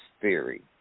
theory